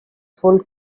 full